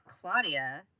claudia